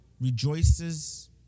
rejoices